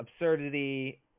absurdity